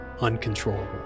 uncontrollable